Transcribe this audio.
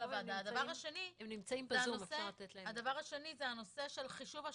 הדבר השני זה הנושא של חישוב ה-30%,